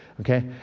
Okay